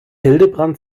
hildebrand